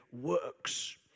works